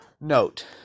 note